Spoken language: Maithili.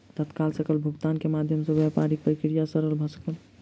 तत्काल सकल भुगतान के माध्यम सॅ व्यापारिक प्रक्रिया सरल भ सकल